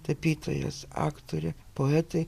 tapytojas aktorė poetė